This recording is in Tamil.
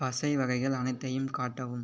பசை வகைகள் அனைத்தையும் காட்டவும்